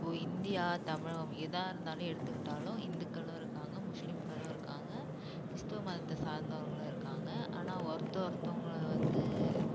இப்போ இந்தியா தமிழகம் எதா இருந்தாலும் எடுத்துக்கிட்டாலும் இந்துக்களும் இருக்காங்க முஸ்லீம்களும் இருக்காங்க கிறிஸ்துவ மதத்தை சார்ந்தவங்களும் இருக்காங்க ஆனால் ஒருத்த ஒருத்தவங்களை வந்து